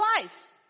life